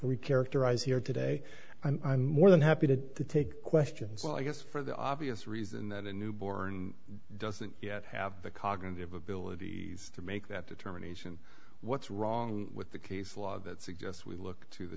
we characterize here today i'm more than happy to take questions well i guess for the obvious reason that a newborn doesn't yet have the cognitive abilities to make that determination what's wrong with the case law that suggests we look to the